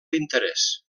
interès